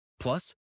Plus